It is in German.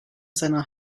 seiner